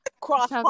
Cross